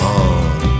on